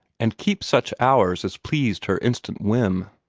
and keep such hours as pleased her instant whim.